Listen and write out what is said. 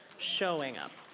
showing up.